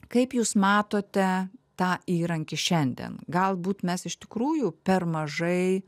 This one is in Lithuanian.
kaip jūs matote tą įrankį šiandien galbūt mes iš tikrųjų per mažai